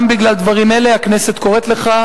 גם בגלל דברים אלה הכנסת קוראת לך,